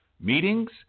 meetings